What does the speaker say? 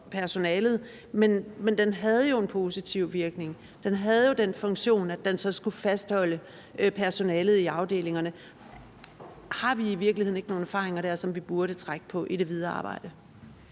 personalet – men den havde jo en positiv virkning. Den havde jo den funktion, at den så skulle fastholde personalet i afdelingerne. Har vi i virkeligheden ikke nogle erfaringer der, som vi burde trække på i det videre arbejde?